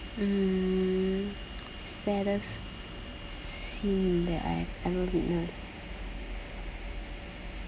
mm saddest scene that I've ever witnessed